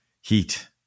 heat